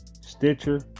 Stitcher